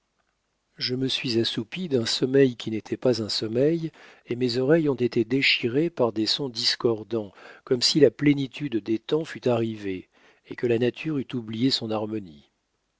je me suis assoupi d'un sommeil qui n'était pas un sommeil et mes oreilles ont été déchirées par des sons discordants comme si la plénitude des temps fût arrivée et que la nature eût oublié son harmonie